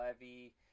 Levy